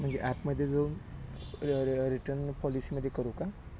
म्हणजे ॲपमध्ये जो र र रिटर्न पॉलिसीमध्ये करू का